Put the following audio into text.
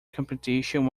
competition